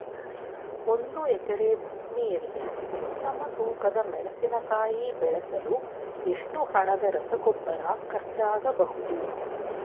ಒಂದು ಎಕರೆ ಭೂಮಿಯಲ್ಲಿ ಉತ್ತಮ ತೂಕದ ಮೆಣಸಿನಕಾಯಿ ಬೆಳೆಸಲು ಎಷ್ಟು ಹಣದ ರಸಗೊಬ್ಬರ ಖರ್ಚಾಗಬಹುದು?